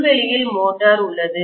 புல்வெளியில் motor உள்ளது